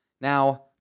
Now